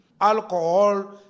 Alcohol